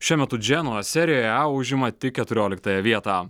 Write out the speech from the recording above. šiuo metu dženuja serijoje a užima tik keturioliktąją vietą